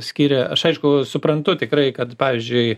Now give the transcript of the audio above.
skiria aš aišku suprantu tikrai kad pavyzdžiui